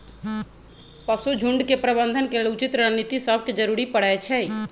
पशु झुण्ड के प्रबंधन के लेल उचित रणनीति सभके जरूरी परै छइ